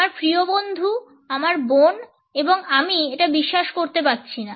আমার প্রিয় বন্ধু আমার বোন এবং আমি এটা বিশ্বাস করতে পারছি না